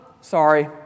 sorry